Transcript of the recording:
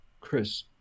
Chris